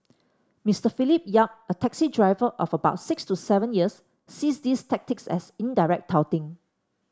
Mister Philip Yap a taxi driver of about six to seven years sees these tactics as indirect touting